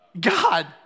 God